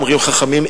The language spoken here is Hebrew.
אומרים חכמים,